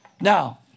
Now